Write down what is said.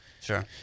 Sure